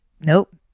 nope